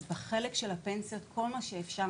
אז בחלק של הפנסיות כל מה שהיה אפשר